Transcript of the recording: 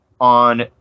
on